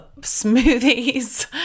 smoothies